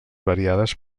variades